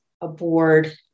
aboard